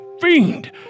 fiend